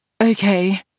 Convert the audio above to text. Okay